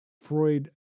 Freud